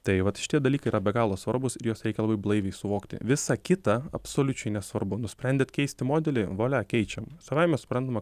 tai vat šitie dalykai yra be galo svarbūs ir juos reikia labai blaiviai suvokti visa kita absoliučiai nesvarbu nusprendėt keisti modelį vualia keičiam savaime suprantama